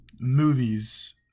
movies